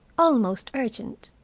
almost urgent.